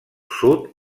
sud